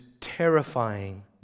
terrifying